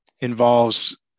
involves